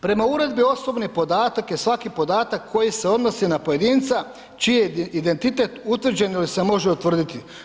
Prema uredbi osobni podatak je svaki podatak koji se odnosi na pojedinca čiji je identitet utvrđen ili se može utvrditi.